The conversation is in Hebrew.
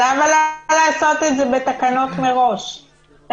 אבל למה לא לעשות את זה בתקנות מראש בכנסת?